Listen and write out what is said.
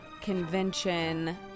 convention